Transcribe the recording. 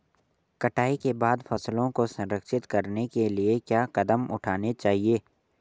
कटाई के बाद फसलों को संरक्षित करने के लिए क्या कदम उठाने चाहिए?